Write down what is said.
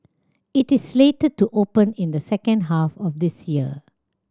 it is slated to open in the second half of this year